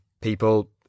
people